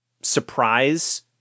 surprise